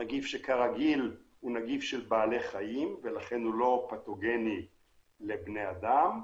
נגיף של בעלי חיים ולכן הוא לא פתוגני לבני אדם.